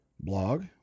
blog